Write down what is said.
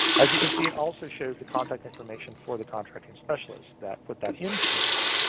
as you can see, it also shows the contact information for the contracting specialist that put that into ebuy.